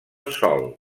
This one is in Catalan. sol